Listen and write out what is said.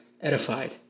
edified